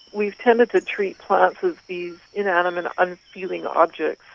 we've tended to treat plants as these inanimate unfeeling objects.